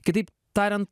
kitaip tarian